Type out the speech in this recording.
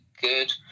good